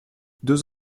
deux